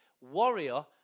warrior